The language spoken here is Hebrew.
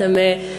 אתם,